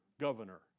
governor